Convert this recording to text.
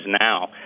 now